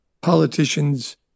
politicians